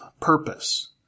purpose